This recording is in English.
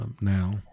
now